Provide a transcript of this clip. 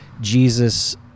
Jesus